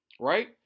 Right